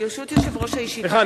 ברשות יושב-ראש הישיבה,